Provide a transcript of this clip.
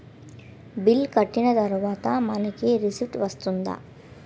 Bill కట్టిన తర్వాత మనకి రిసీప్ట్ వస్తుందా?